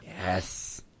Yes